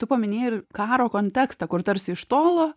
tu paminėjai ir karo kontekstą kur tarsi iš tolo